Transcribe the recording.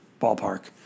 ballpark